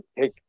take